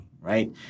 right